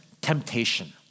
temptation